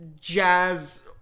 jazz